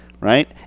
Right